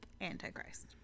antichrist